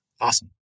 Awesome